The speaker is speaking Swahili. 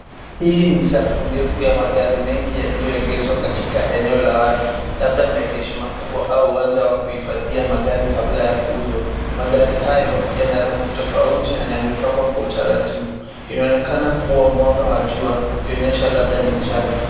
Hili ni safu ndefu ya magari mengi yaliyoegezwa katika eneo la wazi. Labda maegesho makubwa au uwanja wa kuhifadhia magari kabla ya kuuzwa. Magari hayo yanarangi tofauti na yamepangwa kwa utaratibu. Inaonekana kuwa mwanga wa jua ukionyesha labda ni mchana.